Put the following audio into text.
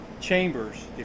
chambers